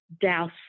douse